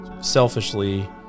selfishly